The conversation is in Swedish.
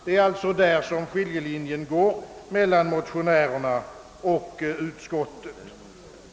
Det är alltså där skiljelinjen i uppfattningen går mellan motionärerna och utskottsledamöterna.